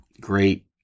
great